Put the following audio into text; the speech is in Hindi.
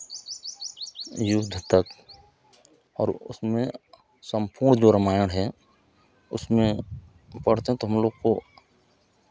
युद्ध तक और उसमें सम्पूर्ण जो रामायण है उसमें पढ़ते हैं तो हम लोग को